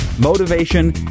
motivation